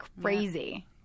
crazy